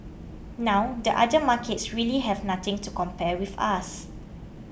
now the other markets really have nothing to compare with us